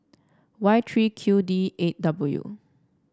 Y three Q D eight W